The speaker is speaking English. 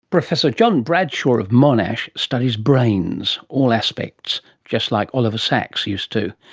professor john bradshaw of monash studies brains all aspects, just like oliver sacks used to.